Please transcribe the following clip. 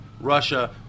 Russia